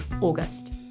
August